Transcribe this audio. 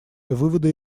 выводы